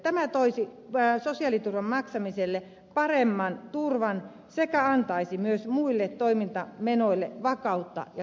tämä toisi sosiaaliturvan maksamiselle paremman turvan sekä antaisi myös muille toimintamenoille vakautta ja suunnitelmallisuutta